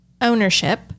ownership